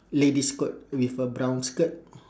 ladies' coat with a brown skirt